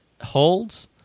holds